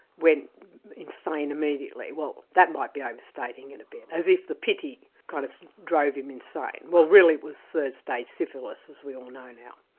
went insane immediately. well that might be overstating it and a bit, as if the pity kind of drove him insane. well really it was third stage syphilis, as we all know now.